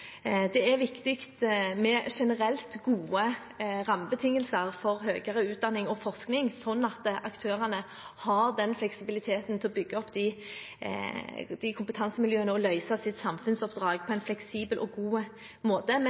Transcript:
Det er viktig med generelt gode rammebetingelser for høyere utdanning og forskning, slik at aktørene kan bygge kompetansemiljøer og løse sitt samfunnsoppdrag på en fleksibel og god måte.